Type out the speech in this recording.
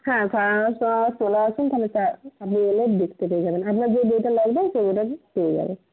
হ্যাঁ সাড়ে দশটা নাগাদ চলে আসুন তাহলে স্যার আপনি এলে দেখতে পেয়ে যাবেন আপনার যে বইটা লাগবে সেই বইটা আপনি পেয়ে যাবেন